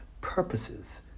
purposes